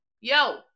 yo